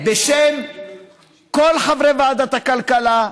בשם כל חברי ועדת הכלכלה,